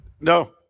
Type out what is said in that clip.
No